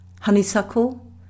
honeysuckle